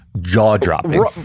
jaw-dropping